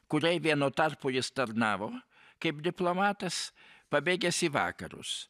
kuriai vienu tarpu jis tarnavo kaip diplomatas pabėgęs į vakarus